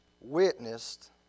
witnessed